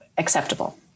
acceptable